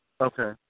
Okay